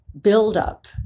buildup